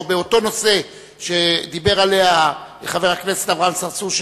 באותו נושא שדיבר עליו חבר הכנסת אברהם צרצור,